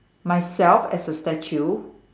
myself as a statue